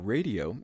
Radio